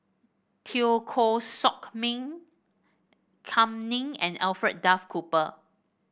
Teo Koh Sock Miang Kam Ning and Alfred Duff Cooper